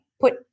Put